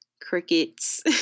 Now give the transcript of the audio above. crickets